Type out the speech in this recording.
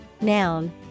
Noun